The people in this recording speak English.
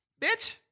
bitch